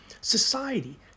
Society